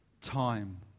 time